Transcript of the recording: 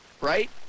right